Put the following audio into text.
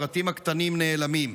הפרטים הקטנים נעלמים.